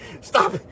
stop